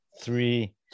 three